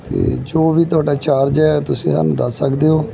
ਅਤੇ ਜੋ ਵੀ ਤੁਹਾਡਾ ਚਾਰਜ ਹੈ ਤੁਸੀਂ ਸਾਨੂੰ ਦੱਸ ਸਕਦੇ ਹੋ